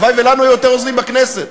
הלוואי שלנו היו יותר עוזרים בכנסת.